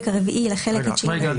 הלאה.